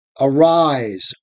Arise